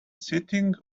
sitting